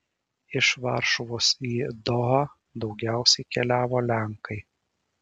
iš varšuvos į dohą daugiausiai keliavo lenkai